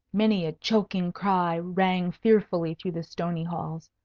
many a choking cry rang fearfully through the stony halls,